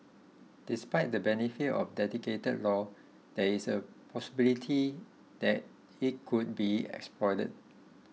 despite the benefits of a dedicated law there is a possibility that it could be exploited